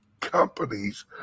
companies